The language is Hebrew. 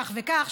כך וכך,